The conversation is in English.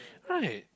right